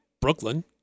Brooklyn